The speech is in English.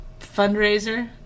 fundraiser